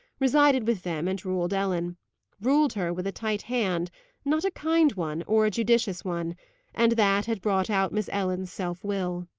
resided with them and ruled ellen ruled her with a tight hand not a kind one, or a judicious one and that had brought out miss ellen's self-will.